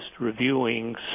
reviewing